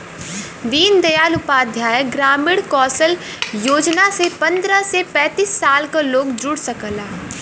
दीन दयाल उपाध्याय ग्रामीण कौशल योजना से पंद्रह से पैतींस साल क लोग जुड़ सकला